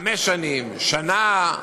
חמש שנים, שנה.